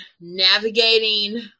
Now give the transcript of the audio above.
navigating